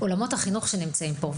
ובעולמות החינוך שנמצאים פה,